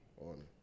on